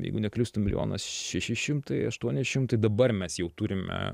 jeigu neklystu milijonas šeši šimtai aštuoni šimtai dabar mes jau turime